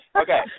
Okay